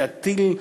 יטיל,